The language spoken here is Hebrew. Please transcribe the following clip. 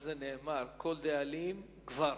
על זה נאמר "כל דאלים גבר".